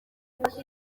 inzira